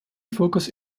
focus